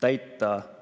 täita ühe